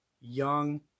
young